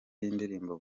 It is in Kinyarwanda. y’indirimbo